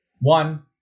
One